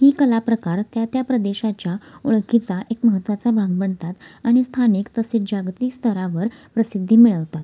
ही कला प्रकार त्या त्या प्रदेशाच्या ओळखीचा एक महत्त्वाचा भाग बनतात आणि स्थानिक तसे जागतिक स्तरावर प्रसिद्धी मिळवतात